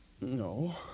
No